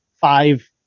five